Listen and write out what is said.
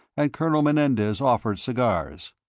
and colonel menendez offered cigars.